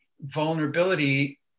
vulnerability